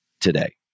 today